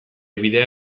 bidea